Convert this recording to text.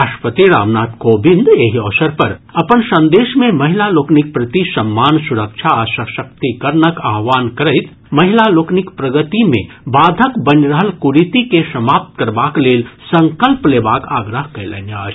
राष्ट्रपति रामनाथ कोविंद एहि अवसर पर अपन संदेश मे महिला लोकनिक प्रति सम्मान सुरक्षा आ सशक्तिकरणक आह्वान करैत महिला लोकनिक प्रगति मे बाधक बनि रहल कुरीति के समाप्त करबाक लेल संकल्प लेबाक आग्रह कयलनि अछि